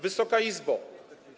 Wysoka Izbo!